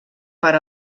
per